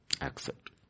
Accept